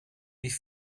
wie